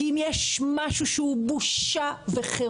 כי אם יש משהו שהוא בושה וחרפה,